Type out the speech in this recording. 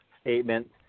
statement